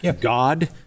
god